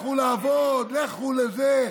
לכו לעבוד, לכו לזה.